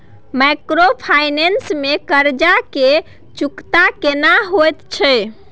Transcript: Microfinance में कर्ज के चुकता केना होयत छै?